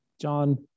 John